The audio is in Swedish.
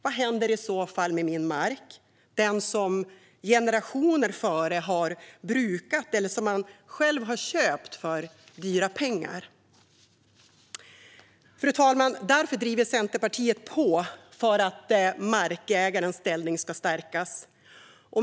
Vad händer i så fall med min mark - den som generationer före mig har brukat eller som man själv har köpt för dyra pengar? Fru talman! Därför driver Centerpartiet på för att markägarens ställning ska stärkas.